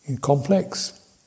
Complex